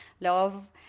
love